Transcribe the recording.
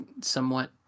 somewhat